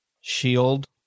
shield